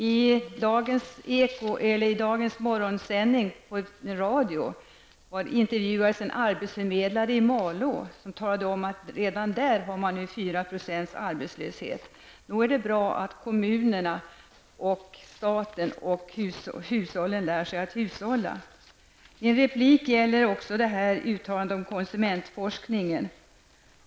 I morse intervjuades i radion en arbetsförmedlare i Malå, som talade om att man där redan nu har 4 % arbetslöshet. Mot den bakgrunden tycker jag att det är bra att kommunerna, staten och hushållen lär sig att hushålla. Jag vill här i min replik också beröra det uttalande som har gjorts om konsumentforskningen.